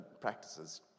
practices